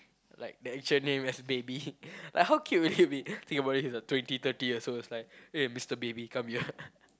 like the actual name just Baby like how cute will it be think about it he's a twenty thirty years old is like hey Mister Baby come here